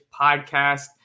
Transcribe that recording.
Podcast